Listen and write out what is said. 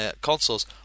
consoles